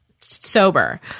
sober